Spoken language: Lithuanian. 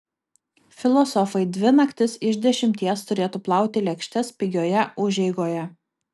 filosofai dvi naktis iš dešimties turėtų plauti lėkštes pigioje užeigoje